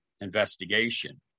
investigation